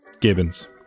Gibbons